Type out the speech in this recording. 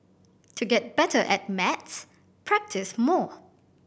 to get better at maths practise more